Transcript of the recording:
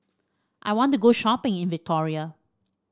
I want to go shopping in Victoria